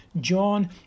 John